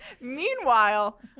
Meanwhile